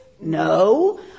No